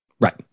Right